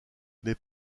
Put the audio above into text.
les